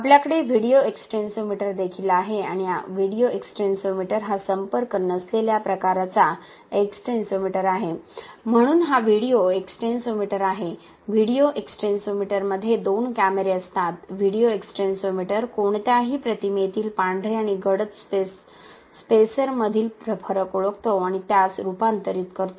आपल्याकडे video extensometer देखील आहे आणि व्हिडिओ एक्सटेन्सोमीटर हा संपर्क नसलेल्या प्रकाराचा एक्सटेन्सोमीटर आहे म्हणून हा व्हिडिओ एक्सटेन्सोमीटर आहे व्हिडिओ एक्सटेन्सोमीटरमध्ये दोन कॅमेरे असतात व्हिडिओ एक्सटेन्सोमीटर कोणत्याही प्रतिमेतील पांढरे आणि गडद स्पेसरमधील फरक ओळखतो आणि त्यास रूपांतरित करतो